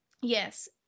Yes